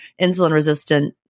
insulin-resistant